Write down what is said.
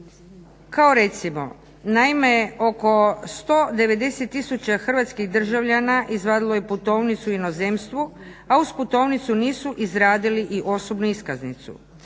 Kao recimo, naime oko 190 tisuća hrvatskih državljana izvadilo je putovnicu u inozemstvu, a uz putovnicu nisu izradili i osobnu iskaznicu,